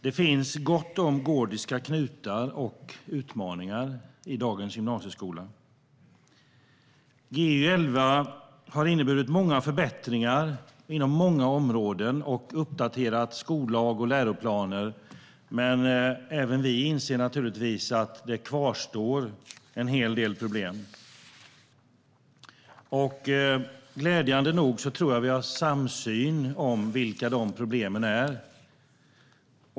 Det finns gott om gordiska knutar och utmaningar i dagens gymnasieskola. Gy 11 har inneburit många förbättringar på många områden och uppdaterat skollag och läroplaner, men även vi inser naturligtvis att det kvarstår en hel del problem. Glädjande nog tror jag att vi har en samsyn om vilka de problemen är.